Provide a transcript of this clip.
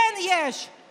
כן, יש.